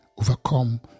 overcome